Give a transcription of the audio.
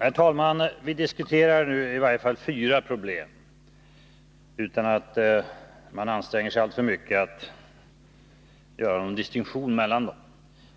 Herr talman! Vi diskuterar i varje fall fyra problem utan att man anstränger sig alltför mycket att göra någon distinktion dem emellan.